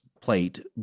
plate